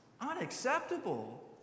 unacceptable